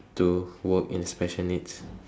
to work in special needs